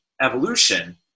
evolution